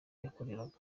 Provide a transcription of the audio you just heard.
yakoreraga